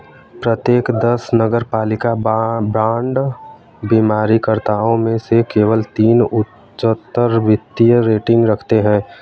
प्रत्येक दस नगरपालिका बांड बीमाकर्ताओं में से केवल तीन उच्चतर वित्तीय रेटिंग रखते हैं